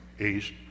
East